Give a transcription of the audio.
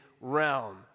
realm